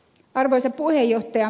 arvoisa puhemies